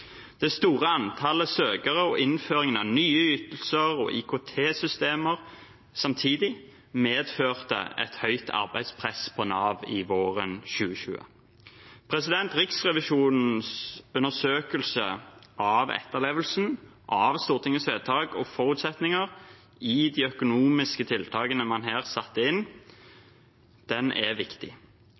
Det store antallet søkere og innføringen av nye ytelser og IKT-systemer samtidig medførte et høyt arbeidspress på Nav våren 2020. Riksrevisjonens undersøkelse av etterlevelsen av Stortingets vedtak og forutsetninger i de økonomiske tiltakene man her satte inn, er viktig.